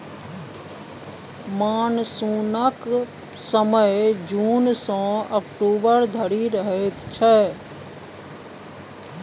मानसुनक समय जुन सँ अक्टूबर धरि रहय छै